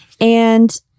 And-